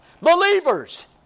Believers